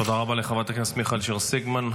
תודה רבה לחברת הכנסת מיכל שיר סגמן.